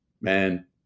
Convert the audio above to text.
man